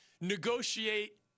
negotiate